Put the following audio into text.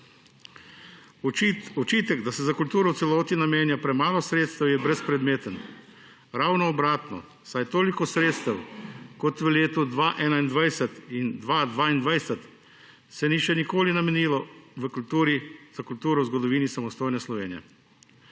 Očitek, da se za kulturo v celoti namenja premalo sredstev, je brezpredmeten. Ravno obratno, saj se toliko sredstev, kot v letih 2021 in 2022, ni še nikoli namenilo za kulturo v zgodovini samostojne Slovenije.